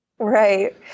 Right